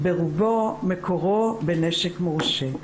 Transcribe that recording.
ברובו מקורו בנשק מורשה.